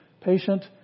patient